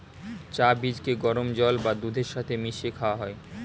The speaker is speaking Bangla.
চা বীজকে গরম জল বা দুধের সাথে মিশিয়ে খাওয়া হয়